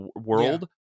world